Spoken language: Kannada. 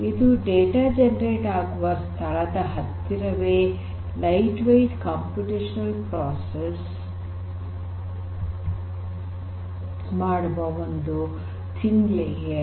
ಇದು ಡೇಟಾ ಜನರೇಟ್ ಆಗುವ ಸ್ಥಳದ ಹತ್ತಿರವೇ ಲೈಟ್ ವೆಯಿಟ್ ಕಂಪ್ಯೂಟೇಷನ್ ಪ್ರೋಸೆಸ್ ಮಾಡುವ ಒಂದು ಥಿನ್ ಲೇಯರ್